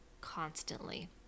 constantly